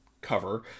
cover